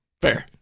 Fair